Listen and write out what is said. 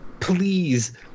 Please